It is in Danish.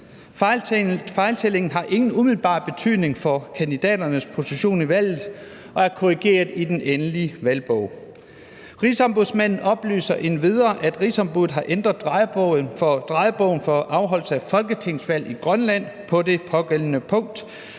Fejltællingen har ingen umiddelbar betydning for kandidaternes position i valget og er korrigeret i den endelige valgbog. Rigsombudsmanden oplyser endvidere, at rigsombuddet har ændret drejebogen for afholdelse af folketingsvalg i Grønland på det pågældende punkt